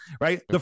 Right